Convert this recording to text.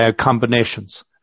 combinations